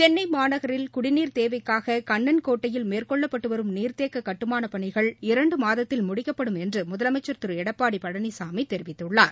சென்னை மாநகரில் குடிநீர் தேவைக்காக கண்ணன் கோட்டையில் மேற்கொள்ளப்பட்டு வரும் நீர்த்தேக்க கட்டுமானப் பணிகள் இரண்டு மாதத்தில் முடிக்கப்படும் என்று முதலமைச்சர் திரு எடப்பாடி பழனிசாமி தெரிவித்துள்ளார்